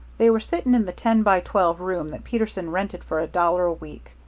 they were sitting in the ten-by-twelve room that peterson rented for a dollar a week.